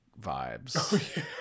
vibes